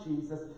Jesus